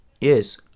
Yes